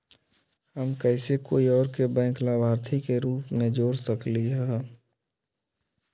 हम कैसे कोई और के बैंक लाभार्थी के रूप में जोर सकली ह?